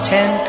Ten